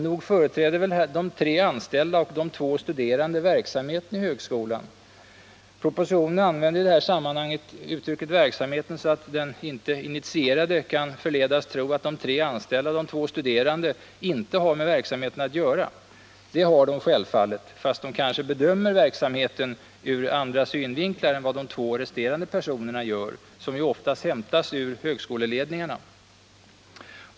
Nog företräder väl de tre anställda och de två studerande verksamheten i högskolan. Propositionen använder i det här sammanhanget uttrycket ”verksamheten” så att den icke initierade kan förledas tro att de tre anställda och de två studerande inte har med verksamheten att göra. Det har de självfallet, fast de kanske bedömer verksamheten ur andra synvinklar än vad de två resterande personerna gör, vilka ju oftast hämtas ur högskoleledningarna.